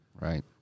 Right